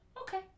okay